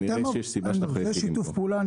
שיתוף פעולה,